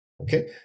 Okay